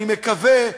אני מקווה,